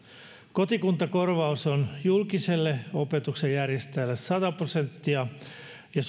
kotikuntakorvaus on julkiselle opetuksen järjestäjälle sata prosenttia ja